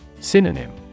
Synonym